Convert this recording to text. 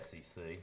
SEC